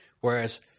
Whereas